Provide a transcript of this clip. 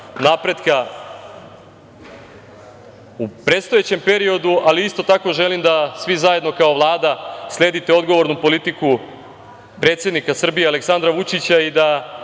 napretka u predstojećem periodu, ali, isto tako, želim da svi zajedno kao Vlada sledite odgovornu politiku predsednika Srbije Aleksandra Vučića i da